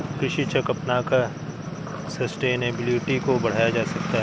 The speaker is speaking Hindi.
कृषि चक्र अपनाकर सस्टेनेबिलिटी को बढ़ाया जा सकता है